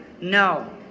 no